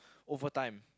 over time